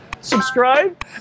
subscribe